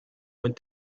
went